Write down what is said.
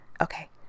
Okay